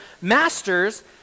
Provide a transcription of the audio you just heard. masters